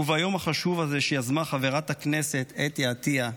וביום החשוב הזה, שיזמה חברת הכנסת אתי עטייה,